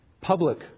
public